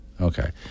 Okay